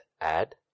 add